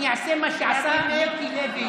אני אעשה מה שעשה מיקי לוי,